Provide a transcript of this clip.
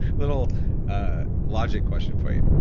little ah logic question for you,